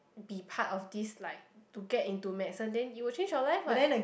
be part of this like to get into medicine then you will change your life what